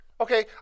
Okay